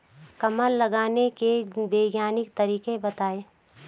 कमल लगाने के वैज्ञानिक तरीके बताएं?